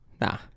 Nah